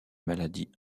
maladie